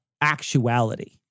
actuality